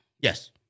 Yes